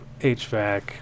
HVAC